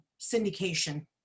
syndication